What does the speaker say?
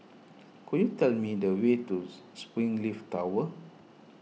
could you tell me the way to Springleaf Tower